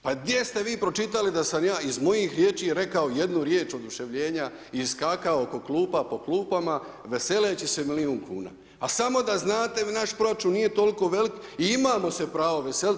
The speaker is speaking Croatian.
Pa gdje ste vi pročitali da sam ja iz mojih riječi rekao jednu riječ oduševljenja i skakao oko klupa, po klupama, veseleći se milijun kuna, a samo ta znate, naš proračun nije toliko velik i imamo se pravo veseliti.